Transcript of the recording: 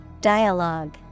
Dialogue